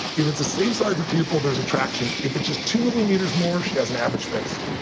if it's the same size pupil, there's attraction. if it's just two millimeters more, she has an average face.